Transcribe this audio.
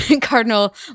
Cardinal